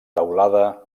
teulada